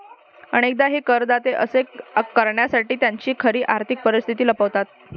अनेकदा हे करदाते असे करण्यासाठी त्यांची खरी आर्थिक परिस्थिती लपवतात